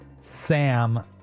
Sam